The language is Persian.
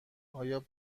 آیا